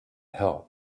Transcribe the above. help